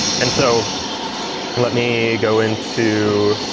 and so let me go into